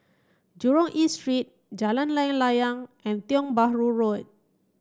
Jurong East Street Jalan Layang Layang and Tiong Bahru Road